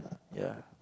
ya